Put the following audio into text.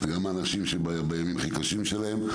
זה גם אנשים שנמצאים בימים הכי קשים שלהם.